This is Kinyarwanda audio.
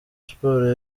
sports